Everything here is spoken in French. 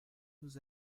nous